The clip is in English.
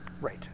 Right